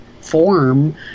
form